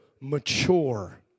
mature